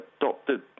adopted